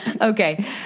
Okay